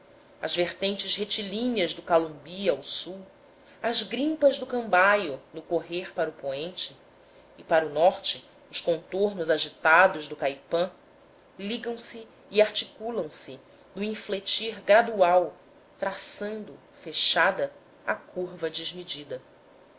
as vertentes retilíneas do calumbi ao sul as grimpas do cambaio no correr para o poente e para o norte os contornos agitados do caipã ligam se e articulam se no infletir gradual traçando fechada a curva desmedida